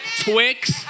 Twix